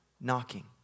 knocking